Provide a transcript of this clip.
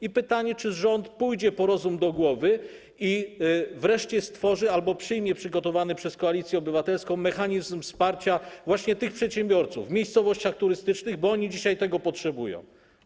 I pytanie, czy rząd pójdzie po rozum do głowy i wreszcie stworzy albo przyjmie przygotowany przez Koalicję Obywatelską mechanizm wsparcia przedsiębiorców w miejscowościach turystycznych, bo oni dzisiaj tego potrzebują.